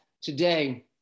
today